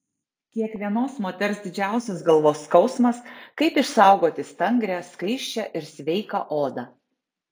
kiekvienos moters didžiausias galvos skausmas kaip išsaugoti stangrią skaisčią ir sveiką odą